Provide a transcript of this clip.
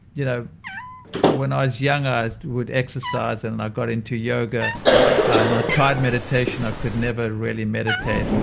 you know when i was younger, i would exercise, and and i got into yoga and i tried meditation. i could never really meditate. and